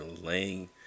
laying